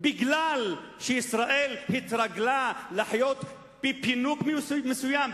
מכיוון שישראל התרגלה לחיות בפינוק מסוים,